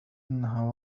إنها